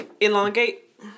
Elongate